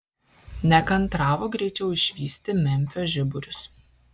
nekantravo greičiau išvysti memfio žiburius